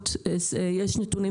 על התקלות,